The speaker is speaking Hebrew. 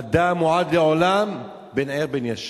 אדם מועד לעולם, בין ער בין ישן.